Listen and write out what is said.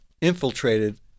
infiltrated